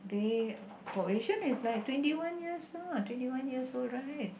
K for wei-sheng is like twenty one years lah twenty one years old right